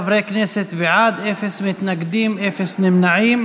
כנסת בעד, אפס מתנגדים, אפס נמנעים.